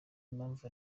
n’impamvu